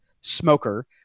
smoker